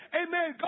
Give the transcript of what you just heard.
amen